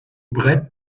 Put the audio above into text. bret